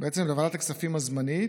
לוועדת הכספים הזמנית.